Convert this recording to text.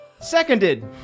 seconded